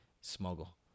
smuggle